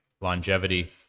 longevity